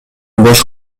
бош